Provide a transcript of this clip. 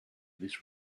this